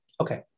okay